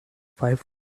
five